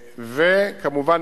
כמובן,